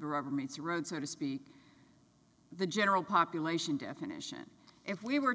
the rubber meets the road so to speak the general population definition if we were